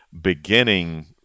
beginning